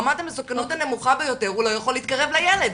עם רמת המסוכנות הנמוכה ביותר הוא לא יכול להתקרב לילד,